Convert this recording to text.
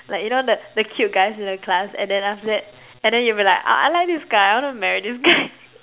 like you know the the cute guys in the class and then after that and then you'll be like uh I like this guy I wanna marry this guy